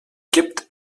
gibt